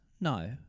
No